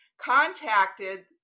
contacted